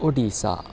Odisha